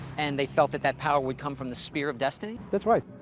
and they felt that that power would come from the spear of destiny? that's right.